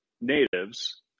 natives